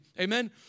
Amen